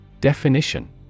Definition